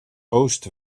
oost